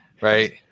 Right